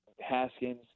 Haskins